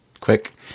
quick